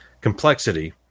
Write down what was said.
Complexity